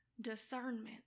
discernment